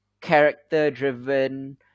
character-driven